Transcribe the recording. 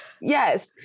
Yes